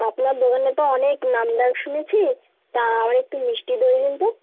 আপনার দোকানের তো অনেক নাম ডাক শুনেছি তা আমায় একটু মিষ্টি দই দিন তো